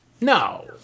No